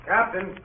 Captain